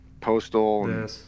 Postal